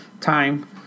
time